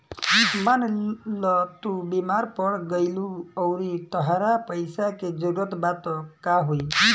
मान ल तू बीमार पड़ गइलू अउरी तहरा पइसा के जरूरत बा त का होइ